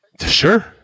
Sure